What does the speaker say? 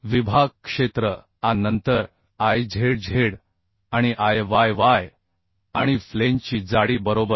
विभाग क्षेत्र A नंतर Izz आणि Iyy आणि फ्लेंजची जाडी बरोबर